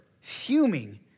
fuming